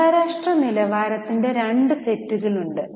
അന്താരാഷ്ട്ര നിലവാരത്തിന്റെ 2 സെറ്റുകൾ ഉണ്ട്